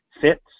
fits